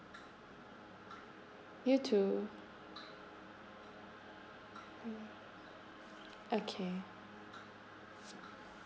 you too hmm okay